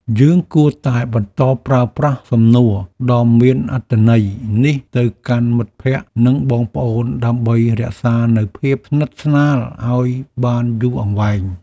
យើងគួរតែបន្តប្រើប្រាស់សំណួរដ៏មានអត្ថន័យនេះទៅកាន់មិត្តភក្តិនិងបងប្អូនដើម្បីរក្សានូវភាពស្និទ្ធស្នាលឱ្យបានយូរអង្វែង។